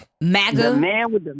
MAGA